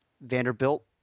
Vanderbilt